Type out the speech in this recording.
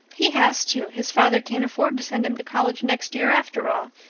he has to. his father can't afford to send him to college next year, after all,